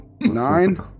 nine